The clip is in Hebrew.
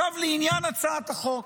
עכשיו לעניין הצעת החוק,